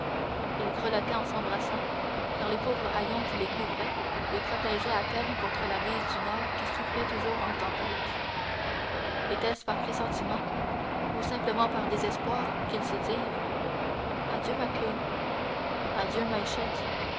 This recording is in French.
ils grelottaient en s'embrassant car les pauvres haillons qui les couvraient les protégeaient à peine contre la bise du nord qui soufflait toujours en tempête était-ce par pressentiment ou simplement par désespoir qu'ils se dirent adieu macloune adieu